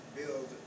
build